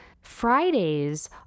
Fridays